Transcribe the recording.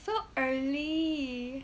so early